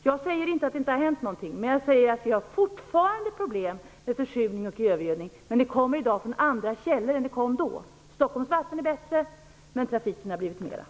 Jag säger inte att det inte har hänt någonting - jag säger att vi fortfarande har problem med försurning och övergödning men utsläppen kommer i dag från andra källor än de gjorde då. Stockholms vatten är bättre, men det har blivit mer trafik.